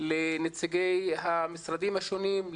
לנציגי המשרדים השונים,